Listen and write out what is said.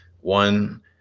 one